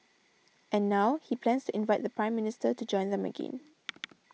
and now he plans to invite the Prime Minister to join them again